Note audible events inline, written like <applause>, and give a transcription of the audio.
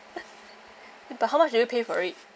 <noise> but how much did you pay for it